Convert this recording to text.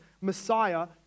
Messiah